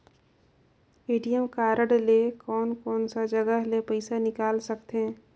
ATM card ले कोन कोन सा जगह ले पइसा निकाल सकथे?